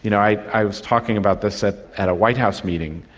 you know i i was talking about this at at a white house meeting,